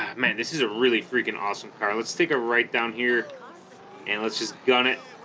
man this is a really freaking awesome car let's take a right down here and let's just gun it